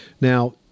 Now